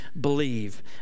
believe